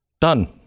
Done